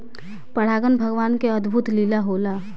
परागन भगवान के अद्भुत लीला होला